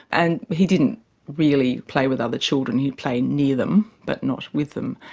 and he didn't really play with other children. he'd play near them but not with them.